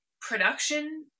production